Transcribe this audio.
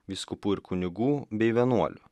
vyskupų ir kunigų bei vienuolių